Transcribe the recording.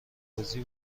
بازی